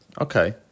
Okay